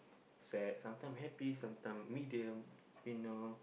sad sometime happy sometime medium you know